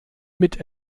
mit